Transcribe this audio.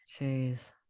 Jeez